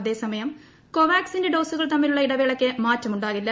അതേസമയം കോവാക് സിന്റെ ഡോസുകൾ തമ്മിലുള്ള ഇടവേളയ്ക്ക് മാറ്റമുണ്ടാകില്ല